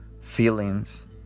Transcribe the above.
feelings